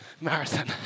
marathon